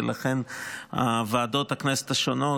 ולכן ועדות הכנסת השונות,